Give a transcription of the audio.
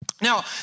Now